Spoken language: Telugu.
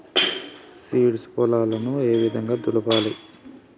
సీడ్స్ పొలాలను ఏ విధంగా దులపాలి?